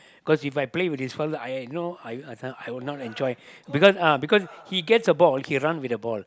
cause If I play with this fella I I know I will not enjoy because uh because he gets the ball okay run with the ball